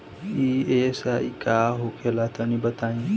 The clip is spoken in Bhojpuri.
ई.एम.आई का होला तनि बताई?